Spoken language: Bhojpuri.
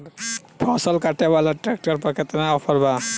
फसल काटे वाला ट्रैक्टर पर केतना ऑफर बा?